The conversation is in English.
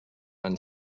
and